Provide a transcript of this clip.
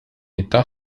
età